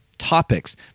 topics